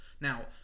Now